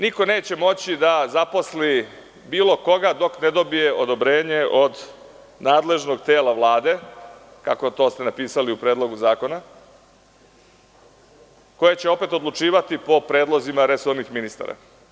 Niko neće moći da zaposli bilo koga dok ne dobije odobrenje odnadležnog tela Vlade, kako ste to napisali u Predlogu zakona, koje će opet odlučivati po predlozima resornih ministara.